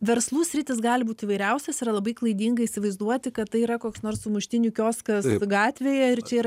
verslų sritys gali būt įvairiausios yra labai klaidinga įsivaizduoti kad tai yra koks nors sumuštinių kioskas gatvėje ir čia yra